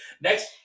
Next